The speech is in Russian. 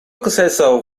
касается